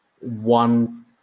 one